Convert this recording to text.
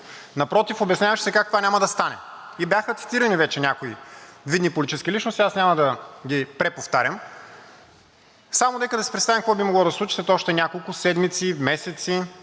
Напротив, обясняваше се как това няма да стане. И бяха цитирани вече някои видни политически личности, аз няма да ги преповтарям. Само нека да си представим какво би могло да се случи след още няколко седмици, месеци,